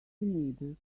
teenagers